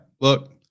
look